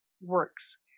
works